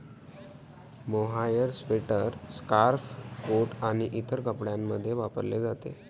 mohair sweater, scarf, coat आणि इतर कपड्यांमध्ये वापरले जाते